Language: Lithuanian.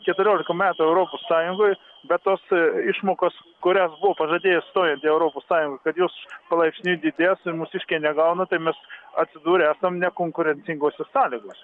keturiolika metų europos sąjungoj bet tos išmokos kurias buvo pažadėję stojant į europos sąjungą kad jos palaipsniui didės ir mūsiškiai negauna tai mes atsidūrę esam nekonkurencingose sąlygose